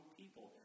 people